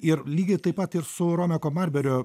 ir lygiai taip pat ir su romeko marberio